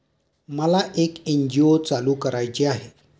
मला एक एन.जी.ओ चालू करायची आहे